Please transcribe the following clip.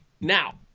now